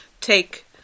take